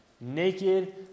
naked